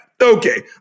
Okay